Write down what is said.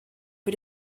für